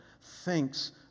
thinks